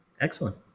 Excellent